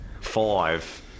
five